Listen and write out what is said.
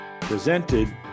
presented